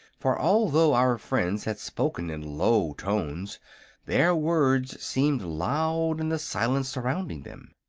for although our friends had spoken in low tones their words seemed loud in the silence surrounding them.